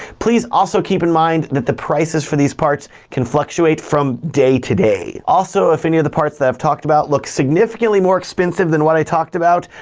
please also keep in mind that the prices for these parts can fluctuate from day to day. also, if any of the parts that i've talked about look significantly more expensive than what i talked about,